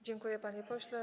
Dziękuję, panie pośle.